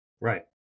Right